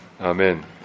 Amen